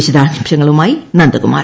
വിശദാംശങ്ങളുമായി നന്ദകുമാർ